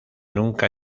nunca